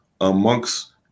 amongst